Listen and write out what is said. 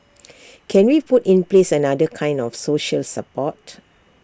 can we put in place another kind of social support